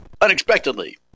unexpectedly